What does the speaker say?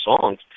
songs